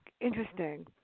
interesting